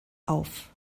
auf